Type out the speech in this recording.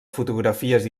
fotografies